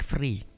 Free